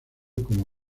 como